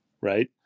right